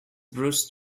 bruce